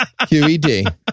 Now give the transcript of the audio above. QED